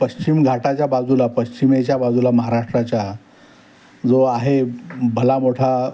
पश्चिम घाटाच्या बाजूला पश्चिमेच्या बाजूला महाराष्ट्राच्या जो आहे भला मोठा